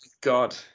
God